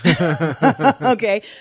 Okay